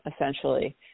essentially